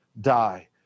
die